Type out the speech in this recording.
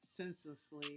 senselessly